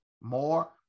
more